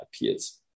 appears